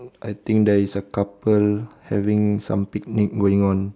I think there is a couple having some picnic going on